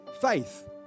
faith